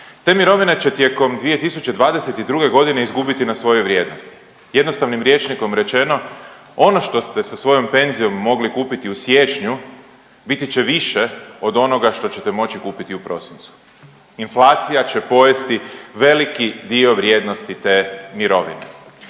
te mirovine će tijekom 2022.g. izgubiti na svojoj vrijednosti, jednostavnim rječnikom rečeno ono što ste sa svojom penzijom mogli kupiti u siječnju biti će više od onoga što ćete moći kupiti u prosincu, inflacija će pojesti veliki dio vrijednosti te mirovine,